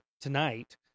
tonight